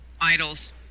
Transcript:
idols